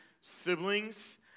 siblings